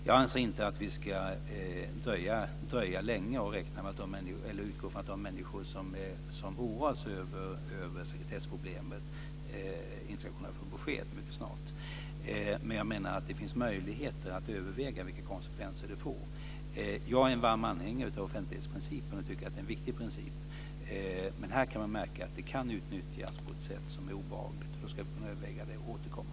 Jag anser inte att vi ska dröja länge och utgå från att de människor som oroas över sekretessproblemet inte ska kunna få besked mycket snart. Men jag menar att det finns möjligheter att överväga vilka konsekvenser det får. Jag är en varm anhängare av offentlighetsprincipen och tycker att det är en viktig princip. Men här kan man märka att den kan utnyttjas på ett sätt som är obehagligt. Och då ska vi kunna överväga detta och återkomma.